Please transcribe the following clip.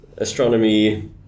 Astronomy